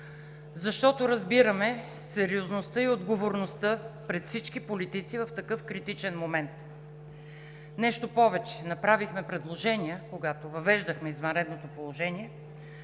защото разбираме сериозността и отговорността пред всички политици в такъв критичен момент. Нещо повече – направихме предложения, когато въвеждахме извънредното положение,